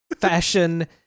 fashion